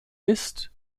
ist